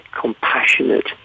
compassionate